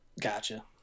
Gotcha